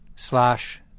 Slash